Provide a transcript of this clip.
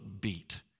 beat